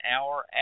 hour